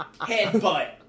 Headbutt